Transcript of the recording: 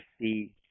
see